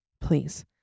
please